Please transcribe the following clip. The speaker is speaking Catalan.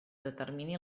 determini